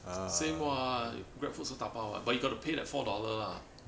same [what] GrabFood also 打包 [what] but you got to pay that four dollar lah